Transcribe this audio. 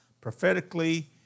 prophetically